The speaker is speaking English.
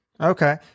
Okay